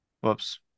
Whoops